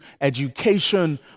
education